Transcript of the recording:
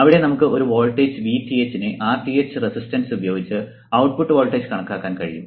അവിടെ നമുക്ക് ഒരു വോൾട്ടേജ് Vth നെ Rth റെസിസ്റ്റൻസ് ഉപയോഗിച്ച് ഔട്ട്പുട്ട് വോൾട്ടേജ് കണക്കാക്കാൻ പറ്റും